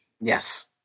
Yes